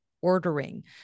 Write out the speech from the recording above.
ordering